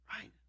Right